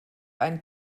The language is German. einen